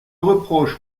reproche